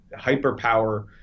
hyperpower